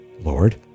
Lord